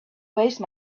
waste